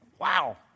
Wow